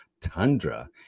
tundra